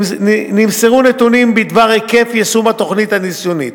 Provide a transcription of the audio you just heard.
נמסרו נתונים בדבר היקף יישום התוכנית הניסיונית.